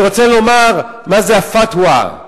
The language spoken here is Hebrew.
אני רוצה לומר מה זה ה"פתווה"